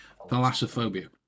Thalassophobia